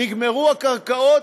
נגמרו הקרקעות?